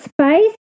space